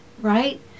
right